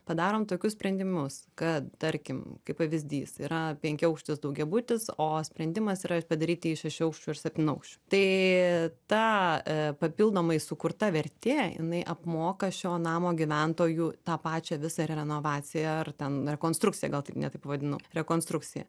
padarom tokius sprendimus kad tarkim kaip pavyzdys yra penkiaaukštis daugiabutis o sprendimas yra padaryti jį šešiaaukščiu ir septynaukščiu tai ta papildomai sukurta vertė jinai apmoka šio namo gyventojų tą pačią visą ir renovaciją ar ten rekonstrukciją gal tai ne taip vadinu rekonstrukcija